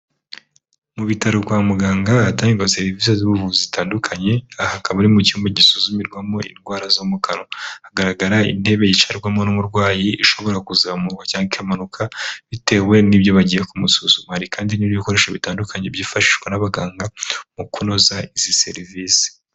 Mu bitaro kwa muganga ahatangirwa serivise z'ubuvuzi zitandukanye, aha hakaba ari mu cyumba gisuzumirwamo indwara zo mukanwa. Hagaragara intebe yicarwamo n'umurwayi ishobora kuzamurwa cyangwa ikamanuka, bitewe n'ibyo bagiye kumusuzuma. Hari kandi n'ibikoresho bitandukanye byifashishwa n'abaganga mu kunoza izi serivise.